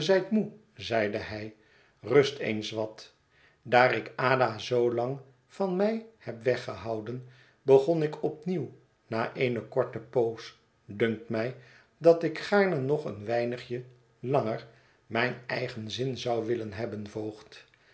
zeide hij rust eens wat daar ik ada zoolang van mij heb weggehouden begon ik opnieuw na eene korte poos dunkt mij dat ik gaarne nog een weinig e langer mijn eigen zin zou willen hebben voogd